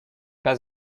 pas